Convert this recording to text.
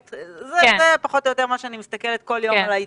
זה פחות או יותר מה שאני רואה כל יום בעדכון.